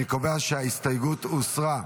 אני קובע שההסתייגות הוסרה.